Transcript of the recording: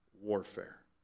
warfare